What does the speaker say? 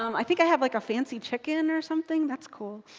um i think i have like a fancy chicken or something. that's cool.